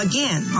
Again